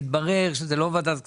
התברר שזו לא ועדת הכספים.